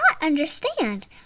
understand